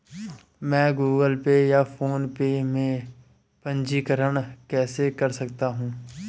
मैं Google pay या फोनपे में पंजीकरण कैसे कर सकता हूँ?